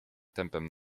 tempem